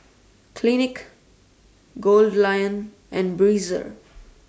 Clinique Goldlion and Breezer